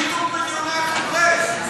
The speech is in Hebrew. זה היה כתוב ב"יונייטד פרס".